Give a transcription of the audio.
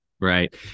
Right